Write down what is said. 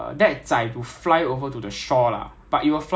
只是 like three K_M 而已 eh no it's not it's not